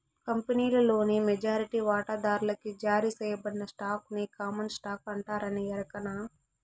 కంపినీలోని మెజారిటీ వాటాదార్లకి జారీ సేయబడిన స్టాకుని కామన్ స్టాకు అంటారని ఎరకనా